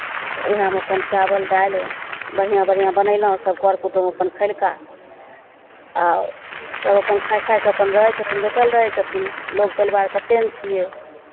उएहमे अपन चावल दालि बढ़िआँ बढ़िआँ बनयलहुँ सभ कर कुटुम अपन खैलका आ सभ अपन खाए खाए कऽ अपन रहै छथिन बैठल रहै छथिन लोक पलिवार कतेक ने छियै